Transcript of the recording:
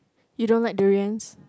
you don't like durians